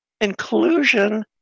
Inclusion